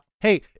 Hey